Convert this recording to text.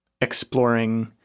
exploring